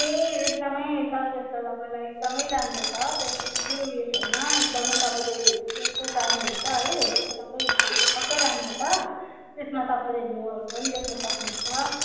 ए एकदमै सर्भिस त तपाईँलाई एकदमै राम्रो छ त्यसमा केही छैन एकदमै तपाईँले जस्तो चहानुहुन्छ है त्यो सबै राम्रो छ त्यसमा तपाईँले भ्युहरू पनि देख्नु सक्नु हुन्छ